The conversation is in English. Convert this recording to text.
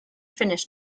finnish